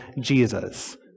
Jesus